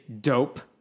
dope